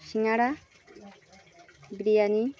সিঙ্গারা biryani